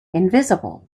invisible